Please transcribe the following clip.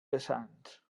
vessants